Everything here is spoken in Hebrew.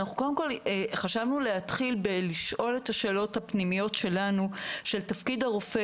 קודם כל חשבנו להתחיל בלשאול את השאלות הפנימיות שלנו של תפקיד הרופא,